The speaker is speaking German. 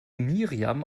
miriam